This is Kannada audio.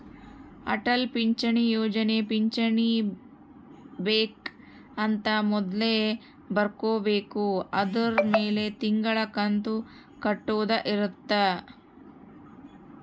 ಅಟಲ್ ಪಿಂಚಣಿ ಯೋಜನೆ ಪಿಂಚಣಿ ಬೆಕ್ ಅಂತ ಮೊದ್ಲೇ ಬರ್ಕೊಬೇಕು ಅದುರ್ ಮೆಲೆ ತಿಂಗಳ ಕಂತು ಕಟ್ಟೊದ ಇರುತ್ತ